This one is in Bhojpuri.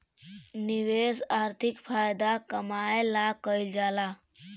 निवेश आर्थिक फायदा कमाए ला कइल जाला